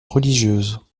religieuses